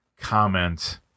comment